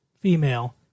female